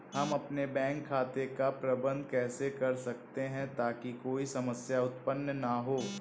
हम अपने बैंक खाते का प्रबंधन कैसे कर सकते हैं ताकि कोई समस्या उत्पन्न न हो?